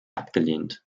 abgelehnt